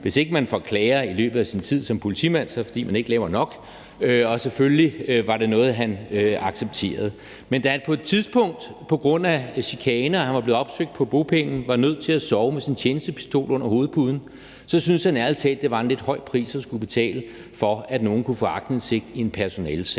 Hvis ikke man får klager i løbet af sin tid som politimand, er det, fordi man ikke laver nok. Det var selvfølgelig noget, han accepterede. Men da han på et tidspunkt på grund af chikane, og fordi han var blevet opsøgt på sin bopæl, var nødt til at sove med sin tjenestepistol under hovedpuden, syntes han ærlig talt, det var en lidt høj pris at skulle betale for, at nogen kunne få aktindsigt i en personalesag.